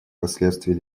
последствий